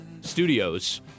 studios